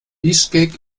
bischkek